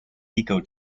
eco